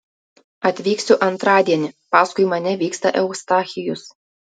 atvyksiu antradienį paskui mane vyksta eustachijus